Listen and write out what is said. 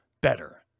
better